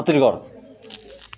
Chhattisgarh